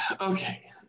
Okay